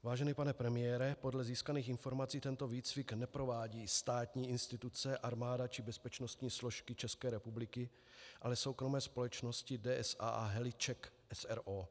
Vážený pane premiére, podle získaných informací tento výcvik neprovádí státní instituce, armáda či bezpečnostní složky České republiky, ale soukromé společnosti DSA a Heli Czech s.r.o.